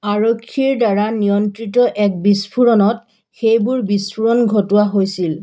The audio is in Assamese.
আৰক্ষীৰ দ্বাৰা নিয়ন্ত্ৰিত এক বিস্ফোৰণত সেইবোৰ বিস্ফোৰণ ঘটোৱা হৈছিল